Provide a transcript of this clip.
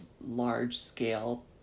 large-scale